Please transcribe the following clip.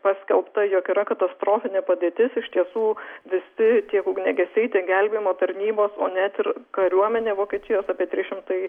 paskelbta jog yra katastrofinė padėtis iš tiesų visi tie ugniagesiai gelbėjimo tarnybos o net ir kariuomenė vokietijos apie trys šimtai